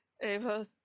Ava